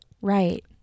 Right